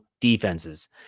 defenses